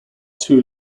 two